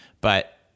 but-